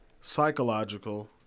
psychological